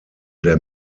der